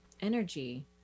energy